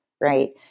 right